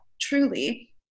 truly